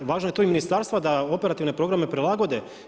I važno je tu i ministarstvo da operativne programe prilagode.